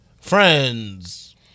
Friends